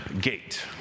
gate